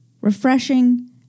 refreshing